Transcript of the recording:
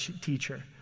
teacher